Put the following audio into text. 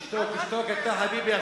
תשתוק, תשתוק אתה, חביבי.